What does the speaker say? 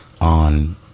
on